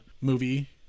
movie